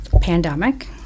pandemic